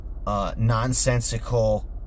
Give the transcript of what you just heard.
Nonsensical